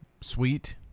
sweet